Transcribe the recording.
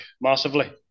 massively